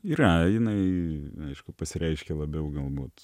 yra jinai aišku pasireiškia labiau galbūt